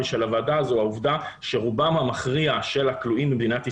של הוועדה זו העובדה שרובם המכריע של הכלואים במדינת ישראל,